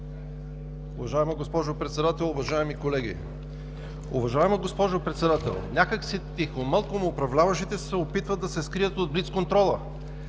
Уважаема госпожо Председател, уважаеми колеги! Уважаема госпожо Председател, някак си тихомълком управляващите се опитват да се скрият от блицконтрола.